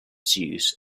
zeus